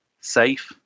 safe